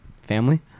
Family